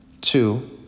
Two